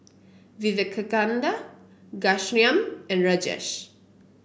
Vivekananda Ghanshyam and Rajesh